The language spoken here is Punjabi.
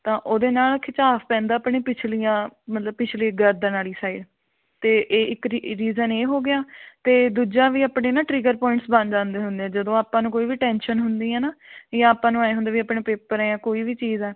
ਤਾਂ ਉਹਦੇ ਨਾਲ ਖਿਚਾਉ ਪੈਂਦਾ ਆਪਣੇ ਪਿਛਲੀਆਂ ਮਤਲਬ ਪਿਛਲੇ ਗਰਦਨ ਵਾਲੀ ਸਾਈਡ ਅਤੇ ਇਹ ਇੱਕ ਰੀ ਰੀਜ਼ਨ ਇਹ ਹੋ ਗਿਆ ਅਤੇ ਦੂਜਾ ਵੀ ਆਪਣੇ ਨਾ ਟਰਿਗਰ ਪੁਆਇੰਟਸ ਬਣ ਜਾਂਦੇ ਹੁੰਦੇ ਹੈ ਜਦੋਂ ਆਪਾਂ ਨੂੰ ਕੋਈ ਵੀ ਟੈਂਸ਼ਨ ਹੁੰਦੀ ਹੈ ਨਾ ਜਾਂ ਆਪਾਂ ਨੂੰ ਐਂ ਹੁੰਦਾ ਵੀ ਆਪਣੇ ਪੇਪਰ ਹੈ ਕੋਈ ਵੀ ਚੀਜ਼ ਆ